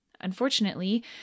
Unfortunately